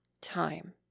time